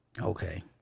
okay